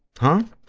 huh?